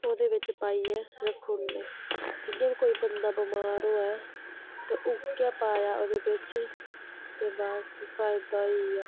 ओह्दे बिच्च पाइयै रखुने जियां बी कोई बंदा बमार होऐ ते उ'यै पाया ओह्दे बिच्च ते बस फायदा होई गेआ